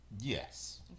yes